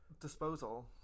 Disposal